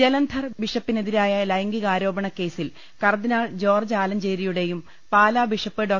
ജലന്ധർ ബിഷപ്പിനെതിരായ ലൈംഗികാരോപണക്കേസിൽ cardinal George ആലഞ്ചേരിയുടേയും പാല ബിഷപ്പ് ഡോ